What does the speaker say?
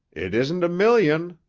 it isn't a million.